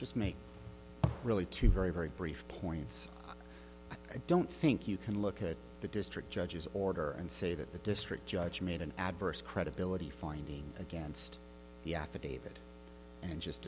just make really two very very brief points i don't think you can look at the district judge's order and say that the district judge made an adverse credibility finding against